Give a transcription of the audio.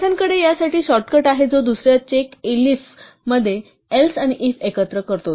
पायथनकडे यासाठी शॉर्टकट आहे जो दुस या चेक एलिफ मध्ये else आणि if एकत्र करतो